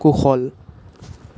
কুশল